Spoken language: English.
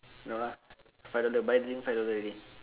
no lah five dollar buy drink five dollar already